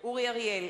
אורי אריאל,